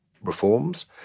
reforms